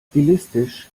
stilistisch